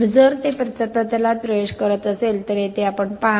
तर जर ते प्रतलात प्रवेश करत असेल तर येथे आपण पहा